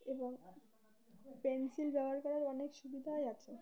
এবং পেনসিল ব্যবহার করার অনেক সুবিধাই আছে